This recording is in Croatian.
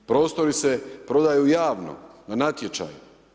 Prostori se prodaju javno, na natječaju.